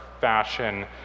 fashion